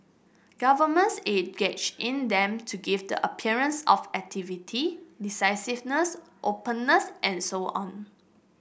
governments engage in them to give the appearance of activity decisiveness openness and so on